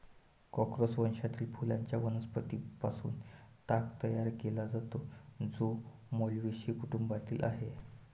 Corchorus वंशातील फुलांच्या वनस्पतीं पासून ताग तयार केला जातो, जो माल्व्हेसी कुटुंबातील आहे